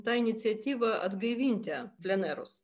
tą iniciatyvą atgaivinti plenerus